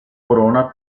corona